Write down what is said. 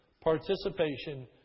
participation